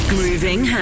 Grooving